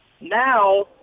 Now